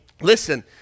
listen